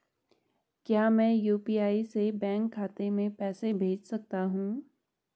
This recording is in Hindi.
क्या मैं यु.पी.आई से बैंक खाते में पैसे भेज सकता हूँ?